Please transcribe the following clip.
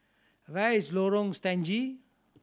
where is Lorong Stangee